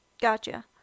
Gotcha